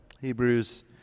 Hebrews